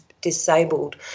disabled